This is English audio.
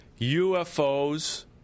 UFOs